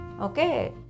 Okay